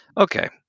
Okay